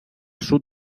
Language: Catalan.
sud